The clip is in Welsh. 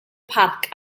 parc